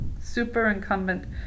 superincumbent